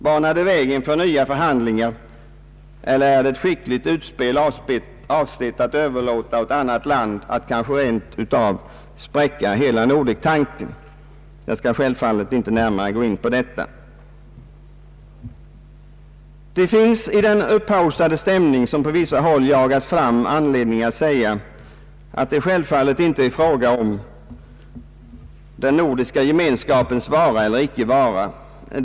Banar det vägen för nya förhandlingar, eller är det ett skickligt utspel avsett att överlåta åt annat land att kanske rent av spräcka hela Nordektanken? Jag skall självfallet inte närmare gå in på detta. Det finns i den upphaussade stämning som på vissa håll jagats fram anledning att säga, att det självfallet inte är fråga om den nordiska gemenskapens vara eller icke vara.